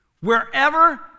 wherever